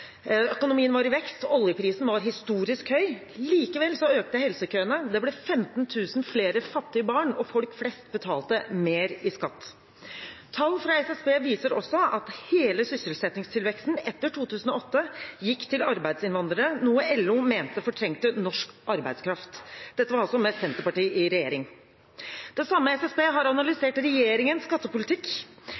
Økonomien var i vekst, og oljeprisen var historisk høy. Likevel økte helsekøene, det ble 15 000 flere fattige barn, og folk flest betalte mer i skatt. Tall fra SSB viser også at hele sysselsettingstilveksten etter 2008 gikk til arbeidsinnvandrere, noe LO mente fortrengte norsk arbeidskraft. Dette var altså med Senterpartiet i regjering. Det samme SSB har analysert regjeringens skattepolitikk.